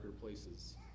places